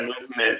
movement